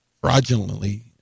fraudulently